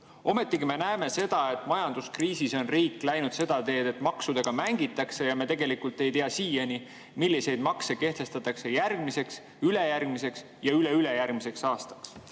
Ometigi me näeme, et majanduskriisis on riik läinud seda teed, et maksudega mängitakse ja me tegelikult ei tea siiani, milliseid makse kehtestatakse järgmiseks, ülejärgmiseks ja üleülejärgmiseks aastaks.